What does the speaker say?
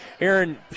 Aaron